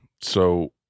So-